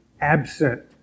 absent